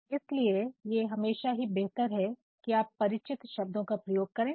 तो इसलिए यह हमेशा ही बेहतर है कि आप परिचित शब्दों का प्रयोग करें